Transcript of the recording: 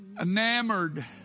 enamored